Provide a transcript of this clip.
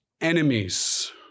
enemies